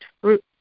fruit